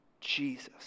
Jesus